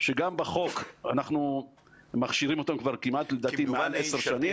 שגם בחוק אנחנו מכשירים אותם כבר לדעתי מעל עשר שנים,